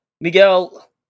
Miguel